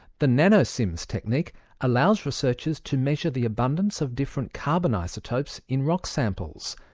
the nanosims technique allows researchers to measure the abundance of different carbon isotopes in rock samples,